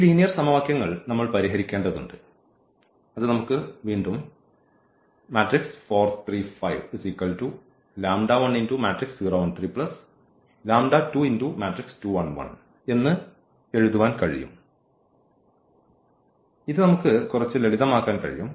ഈ ലീനിയർ സമവാക്യങ്ങൾ നമ്മൾ പരിഹരിക്കേണ്ടതുണ്ട് അത് നമുക്ക് വീണ്ടും എന്ന് എഴുതാൻ കഴിയും ഇത് നമുക്ക് കുറച്ച് ലളിതമാക്കാൻ കഴിയും